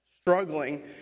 struggling